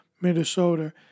Minnesota